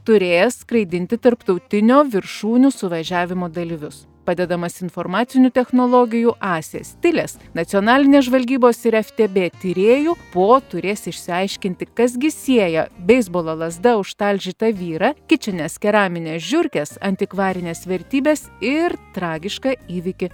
turėjęs skraidinti tarptautinio viršūnių suvažiavimo dalyvius padedamas informacinių technologijų asės tilės nacionalinės žvalgybos ir ftb tyrėjų po turės išsiaiškinti kas gi sieja beisbolo lazda užtalžytą vyrą kičines keramines žiurkes antikvarines vertybes ir tragišką įvykį